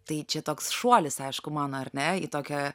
tai čia toks šuolis aišku mano ar ne į tokią